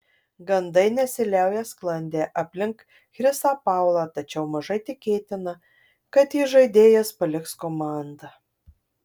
gandai nesiliauja sklandę aplink chrisą paulą tačiau mažai tikėtina kad įžaidėjas paliks komandą